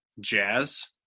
jazz